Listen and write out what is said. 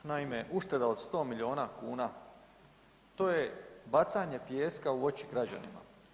Naime, ušteda od 100 milijuna kuna, to je bacanje pijeska u oči građanima.